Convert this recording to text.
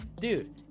Dude